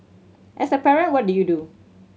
as a parent what do you do